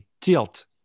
tilt